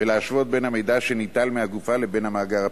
ולהשוות בין המידע שניטל מהגופה לבין המאגר הפלילי.